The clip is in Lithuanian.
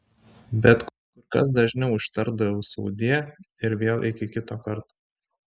bet kur kas dažniau ištardavau sudie ir vėl iki kito karto